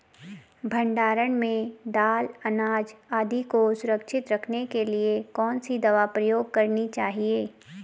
भण्डारण में दाल अनाज आदि को सुरक्षित रखने के लिए कौन सी दवा प्रयोग करनी चाहिए?